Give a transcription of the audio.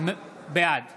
בעד